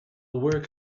work